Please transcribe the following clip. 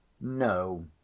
no